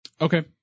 Okay